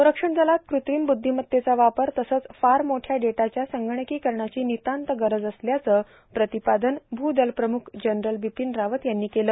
संरक्षण दलात कृत्रिम बुद्धीमत्तेचा वापर तसंच फार मोठ्या डेटाच्या संगणकिकरणाची नितांत गरज असल्याचं प्रतिपादन भूदल प्रमुख जनरल बिपीन रावत यांनी केलं